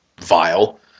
vile